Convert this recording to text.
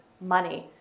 money